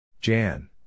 Jan